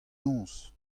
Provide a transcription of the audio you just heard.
noz